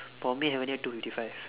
for me haven't yet two fifty five